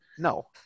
No